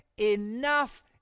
enough